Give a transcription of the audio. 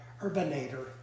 urbanator